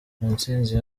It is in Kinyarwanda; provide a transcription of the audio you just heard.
mutsinzi